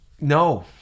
No